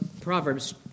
Proverbs